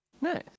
Nice